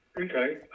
Okay